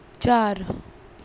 चार